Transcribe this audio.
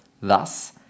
Thus